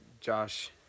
Josh